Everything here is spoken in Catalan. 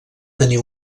tenir